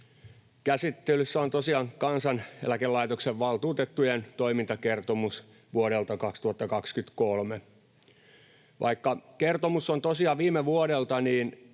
Käsittelyssä on tosiaan Kansaneläkelaitoksen valtuutettujen toimintakertomus vuodelta 2023. Vaikka kertomus on viime vuodelta, silti